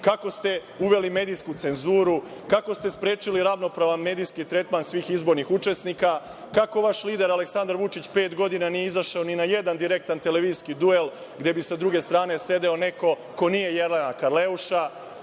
kako ste uveli medijsku cenzuru, kako ste sprečili ravnopravan medijski tretman svih izbornih učesnika, kako vaš lider Aleksandar Vučić pet godina nije želeo da izađe ni na jedan direktan televizijski duel, gde bi sa druge strane sedeo neko ko nije Jelena Karleuša,